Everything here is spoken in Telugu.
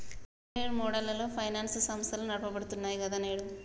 వేర్వేరు మోడళ్లలో ఫైనాన్స్ వ్యవస్థలు నడపబడుతున్నాయి గదా నేడు